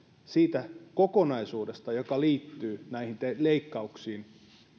siitä kokonaisuudesta joka liittyy näihin leikkauksiin